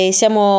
siamo